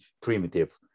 primitive